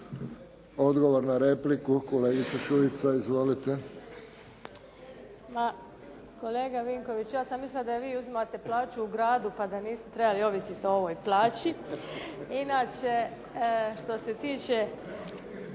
Odgovor na repliku kolegica Šuica. Izvolite. **Šuica, Dubravka (HDZ)** Kolegica Vinković, ja sam mislila da vi uzimate plaću u gradu pa da niste trebali ovisiti o ovoj plaći. Inače, što se tiče